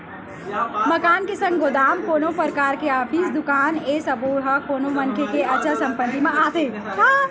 मकान के संग गोदाम, कोनो परकार के ऑफिस, दुकान ए सब्बो ह कोनो मनखे के अचल संपत्ति म आथे